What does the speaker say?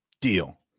Deal